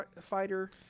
fighter